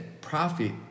profit